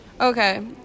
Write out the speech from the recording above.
Okay